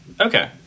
Okay